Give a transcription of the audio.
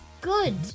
good